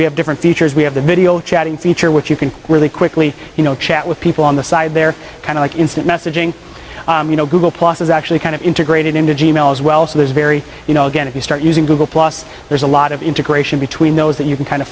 we have different features we have the video chatting feature which you can really quickly you know chat with people on the side they're kind of like instant messaging you know google plus is actually kind of integrated into g mail as well so there's very you know again if you start using google plus there's a lot of integration between those that you can kind of